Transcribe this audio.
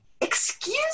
Excuse